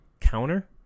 counter